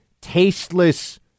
tasteless